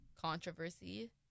controversy